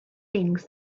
things